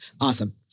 Awesome